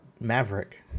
Maverick